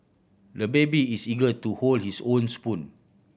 the baby is eager to hold his own spoon